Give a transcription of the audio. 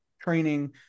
training